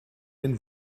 den